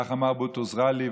כך אמר בוטרוס ע'אלי,